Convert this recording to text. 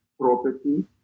property